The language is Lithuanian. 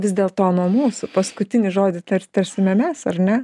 vis dėlto nuo mūsų paskutinį žodį tar tarsime mes ar ne